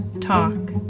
talk